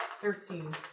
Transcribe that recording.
Thirteen